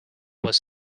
was